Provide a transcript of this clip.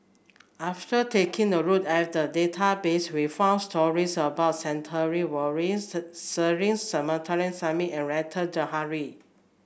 after taking a look at the database we found stories about Stanley Warren Cecil Clementi Smith and Rita Zahara